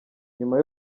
nyuma